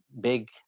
big